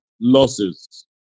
losses